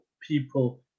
people